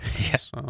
Yes